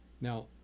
Now